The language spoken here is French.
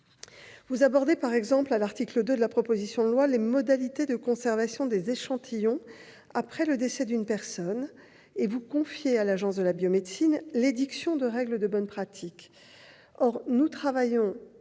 Vous abordez par exemple, à l'article 2 de la proposition de loi, les modalités de conservation des échantillons après le décès d'une personne et vous confiez à l'Agence de la biomédecine l'édiction de règles de bonnes pratiques.